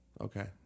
Okay